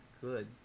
good